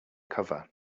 cover